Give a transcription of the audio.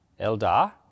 Eldar